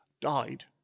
died